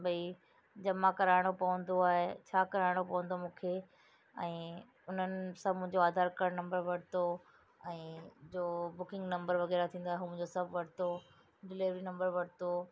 भई जमा कराइणो पवंदो आहे छा कराइणो पवंदो मूंखे ऐं उन्हनि सां मुंहिंजो आधार काड नम्बर वरितो ऐं जो बुकिंग नम्बर वग़ैरह थींदो आहे हू सभु वरितो डिलेवरी नम्बर वरितो